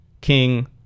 King